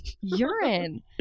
Urine